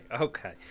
okay